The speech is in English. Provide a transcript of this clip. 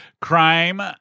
crime